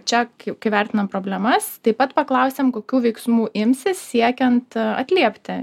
čia kai kai vertinam problemas taip pat paklausiam kokių veiksmų imsis siekiant atliepti